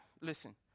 listen